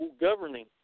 governing